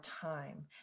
time